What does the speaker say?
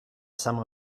some